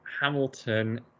hamilton